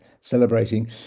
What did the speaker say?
celebrating